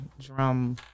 drum